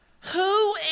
Who